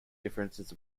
differences